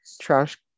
trash